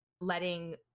letting